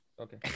Okay